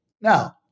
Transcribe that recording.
Now